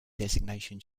designation